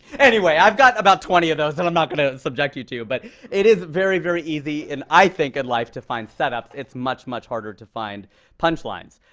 anyway, i've got about twenty of those that i'm not going to subject you to. but it is very, very easy, i think, in life, to find setups. it's much, much harder to find punch lines.